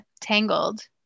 tangled